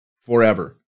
forever